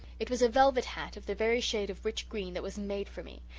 it was a velvet hat, of the very shade of rich green that was made for me.